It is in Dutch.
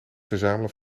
verzamelen